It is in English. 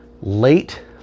late